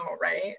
right